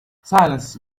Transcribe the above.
silence